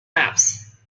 maps